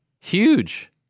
Huge